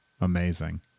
Amazing